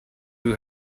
who